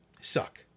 suck